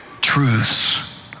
truths